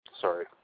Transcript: Sorry